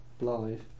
live